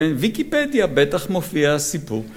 וויקיפדיה בטח מופיעה סיפור